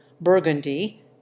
Burgundy